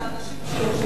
האנשים שיושבים שם,